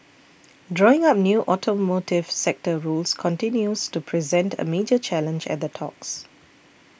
drawing up new automotive sector rules continues to present a major challenge at the talks